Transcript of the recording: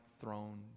throne